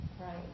Right